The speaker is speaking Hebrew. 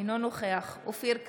אינו נוכח אופיר כץ,